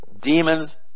demons